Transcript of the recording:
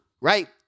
Right